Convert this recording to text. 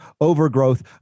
overgrowth